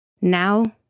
Now